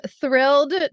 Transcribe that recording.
thrilled